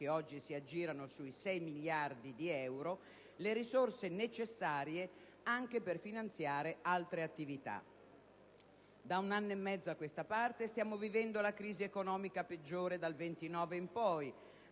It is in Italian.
oggi si aggirano sui 6 miliardi di euro, le risorse necessarie anche per finanziare altre attività. Da un anno e mezzo a questa parte stiamo vivendo la crisi economica peggiore dal 1929 in poi.